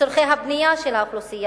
לצורכי הבנייה של האוכלוסייה,